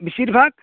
ᱵᱤᱥᱤᱨ ᱵᱷᱟᱜ